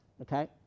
okay